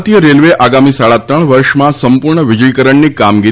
ભારતીય રેલ્વે આગામી સાડા ત્રણ વર્ષમાં સંપૂર્ણ વીજળીકરણની કામગીરી